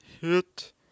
hit